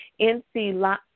NC